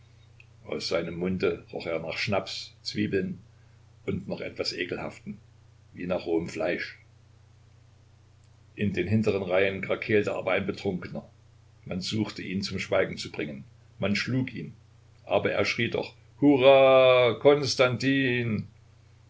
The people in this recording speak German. aus seinem munde roch es nach schnaps zwiebeln und noch etwas ekelhaftem wie nach rohem fleisch in den hintern reihen krakeelte aber ein betrunkener man suchte ihn zum schweigen zu bringen man schlug ihn aber er schrie doch hurra